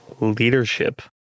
leadership